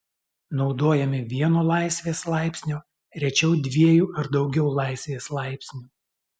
naudojami vieno laisvės laipsnio rečiau dviejų ar daugiau laisvės laipsnių